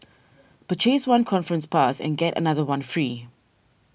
purchase one conference pass and get another one free